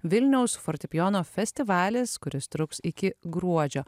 vilniaus fortepijono festivalis kuris truks iki gruodžio